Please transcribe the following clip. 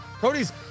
Cody's